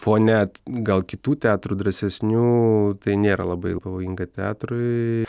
fone gal kitų teatrų drąsesnių tai nėra labai pavojinga teatrui